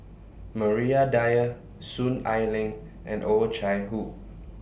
Maria Dyer Soon Ai Ling and Oh Chai Hoo